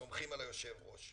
סומכים על היושב-ראש,